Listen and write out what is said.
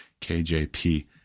KJP